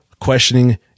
questioning